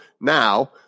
Now